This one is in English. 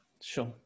sure